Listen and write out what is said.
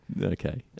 okay